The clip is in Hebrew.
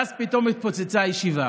ואז פתאום התפוצצה הישיבה.